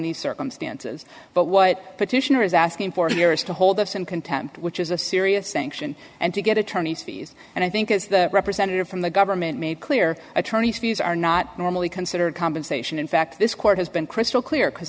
these circumstances but what petitioner is asking for here is to hold us in contempt which is a serious sanction and you get attorney's fees and i think as the representative from the government made clear attorney's fees are not normally considered compensation in fact this court has been crystal clear because